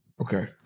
Okay